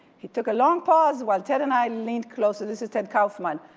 he took a long pause while ted and i leaned closer, this is ted kaufman,